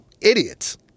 idiots